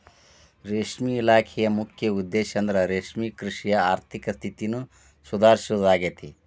ರೇಷ್ಮೆ ಇಲಾಖೆಯ ಮುಖ್ಯ ಉದ್ದೇಶಂದ್ರ ರೇಷ್ಮೆಕೃಷಿಯ ಆರ್ಥಿಕ ಸ್ಥಿತಿನ ಸುಧಾರಿಸೋದಾಗೇತಿ